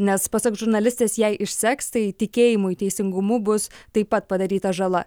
nes pasak žurnalistės jei išseks tai tikėjimui teisingumu bus taip pat padaryta žala